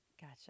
Gotcha